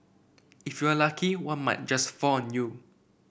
if you're lucky one might just fall on you